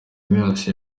grace